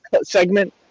segment